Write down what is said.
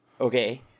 Okay